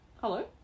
Hello